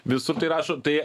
visur tai rašo tai